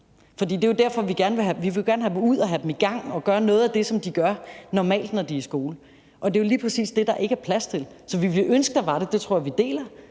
have dem ud og have dem i gang med at gøre noget af det, som de gør normalt, når de er i skole. Og det er jo lige præcis det, der ikke er plads til. Så vi ville ønske, der var det. Det tror jeg vi deler,